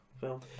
film